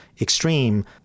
extreme